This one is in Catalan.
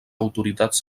autoritats